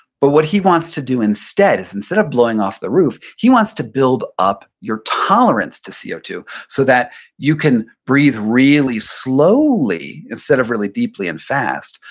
but what he wants to do instead is instead of blowing off the roof, he wants to build up your tolerance to c o two so that you can breathe really slowly, instead of really deeply and fast.